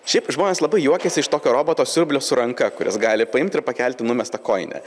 šiaip žmonės labai juokėsi iš tokio roboto siurblio su ranka kuris gali paimt ir pakelti numestą kojinę